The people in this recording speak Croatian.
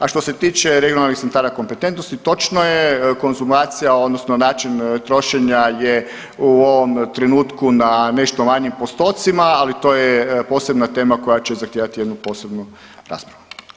A što se tiče regionalnih centara kompetentnosti, točno je konzumacija odnosno način trošenja je u ovom trenutku na nešto manjim postocima, ali to je posebna tema koja će zahtijevati jednu posebnu raspravu.